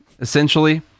essentially